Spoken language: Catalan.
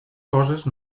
coses